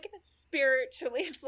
spiritually